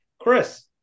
Chris